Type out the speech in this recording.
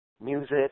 music